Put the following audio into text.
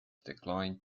declined